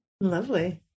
Lovely